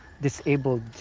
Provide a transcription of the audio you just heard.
disabled